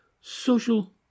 Social